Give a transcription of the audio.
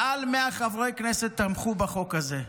מעל 100 חברי כנסת תמכו בחוק הזה.